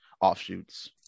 offshoots